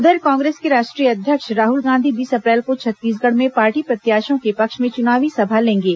उधर कांग्रेस के राष्ट्रीय अध्यक्ष राहुल गांधी बीस अप्रैल को छत्तीसगढ़ में पार्टी प्रत्याशियों के पक्ष में चुनावी सभा लेंगे